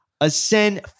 Ascend